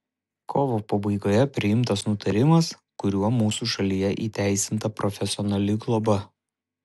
kovo pabaigoje priimtas nutarimas kuriuo mūsų šalyje įteisinta profesionali globa